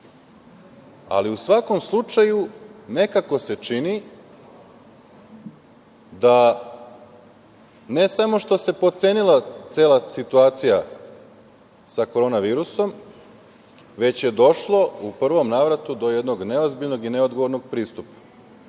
znalo.U svakom slučaju, nekako se čini da ne samo što se potcenila cela situacija sa Korona virusom, već je došlo u prvom navratu do jednog neozbiljnog i neodgovornog pristupa. Dakle,